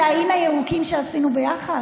את האיים הירוקים שעשינו ביחד?